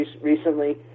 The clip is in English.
recently